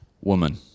woman